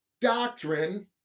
doctrine